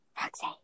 Roxy